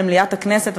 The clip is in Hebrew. למליאת הכנסת,